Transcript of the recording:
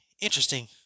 interesting